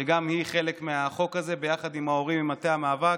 גם היא חלק מהחוק הזה, יחד עם ההורים ממטה המאבק.